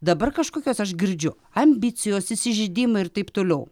dabar kažkokios aš girdžiu ambicijos įsižeidimai ir taip toliau